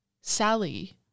Sally